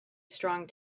strong